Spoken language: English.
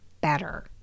better